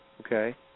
Okay